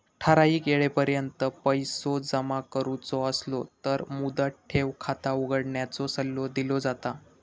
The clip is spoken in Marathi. ठराइक येळेपर्यंत पैसो जमा करुचो असलो तर मुदत ठेव खाता उघडण्याचो सल्लो दिलो जाता